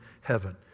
heaven